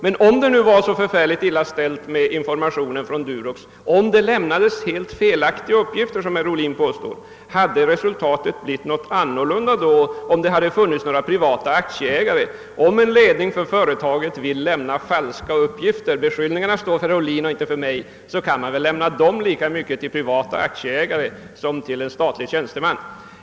Men om det nu var så förfärligt illa ställt med informationen i fråga om Durox, om det lämnades helt felaktiga uppgifter, såsom herr Ohlin påstår, frågar jag: Hade då resultatet blivit ett annat, om det hade funnits några privata aktieägare i företaget? Om en ledning för företaget ville lämna falska uppgifter — beskyllningarna står för herr Ohlins räkning, och inte för min — kunde den väl lämna sådana uppgifter lika väl till privata aktieägare som till en statlig tjänsteman.